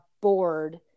bored